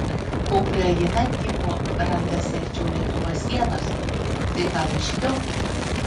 ukraina tipo randasi arčiau lietuvos sienos tai gal aiškiau